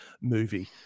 movie